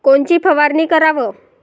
कोनची फवारणी कराव?